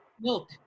milk